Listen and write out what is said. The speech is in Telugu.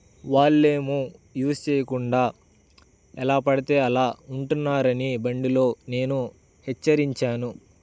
వాళ్ళేమో యూస్ చెయ్యకుండా ఎలా పడితే అలా ఉంటున్నారని బండిలో నేను హెచ్చరించాను